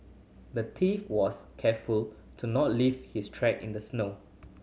the thief was careful to not leave his track in the snow